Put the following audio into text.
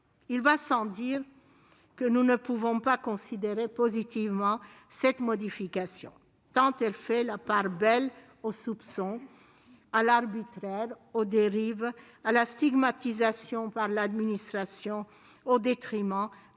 Il va sans dire que nous ne pouvons pas considérer positivement cette modification, tant elle fait la part belle au soupçon, à l'arbitraire, aux dérives, à la stigmatisation par l'administration, au détriment